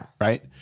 right